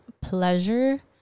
pleasure